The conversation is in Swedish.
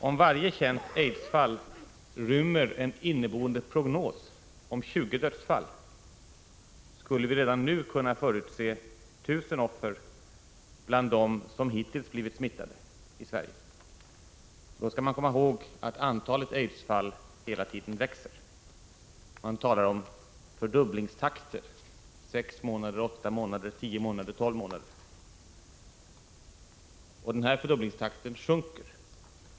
Om varje känt aidsfall rymmer en inneboende prognos om 20 dödsfall, skulle vi redan nu kunna förutse 1 000 offer bland dem som hittills blivit smittade i Sverige. Då skall man komma ihåg att antalet aidsfall hela tiden växer. Man talar om fördubblingstakter — sex månader, åtta månader, tio månader, tolv månader, osv. Den här fördubblingstakten sjunker nu.